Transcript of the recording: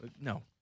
No